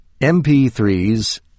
MP3s